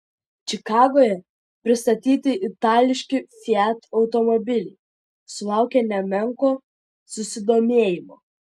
čikagoje pristatyti itališki fiat automobiliai sulaukė nemenko susidomėjimo